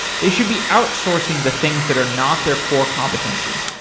they should be outsourcing the things that are not their core competency.